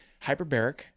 Hyperbaric